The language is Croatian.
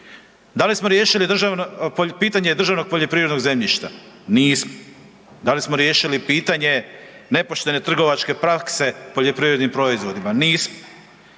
Da li smo riješiti pitanje državnog poljoprivrednog zemljišta? Nismo. Da li smo riješili pitanje nepoštene trgovačke prakse poljoprivrednim proizvodima? Nismo.